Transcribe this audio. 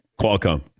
Qualcomm